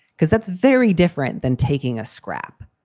because that's very different than taking a scrap.